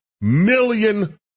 million